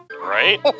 Right